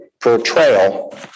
portrayal